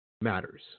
matters